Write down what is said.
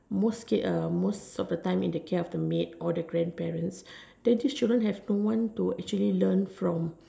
most kid uh most of the time in the care of the maid or the grandparents then this children have no one to actually learn from